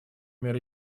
мер